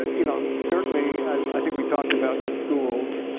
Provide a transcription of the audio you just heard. you know, certainly i think we talked about the schools.